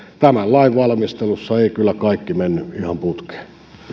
tämän lain valmistelussa ei kyllä kaikki mennyt ihan putkeen